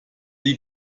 die